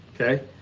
okay